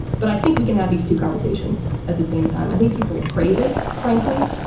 but i think we can have these two conversations at the same time. i think people crave it, frankly.